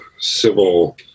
civil